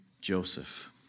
Joseph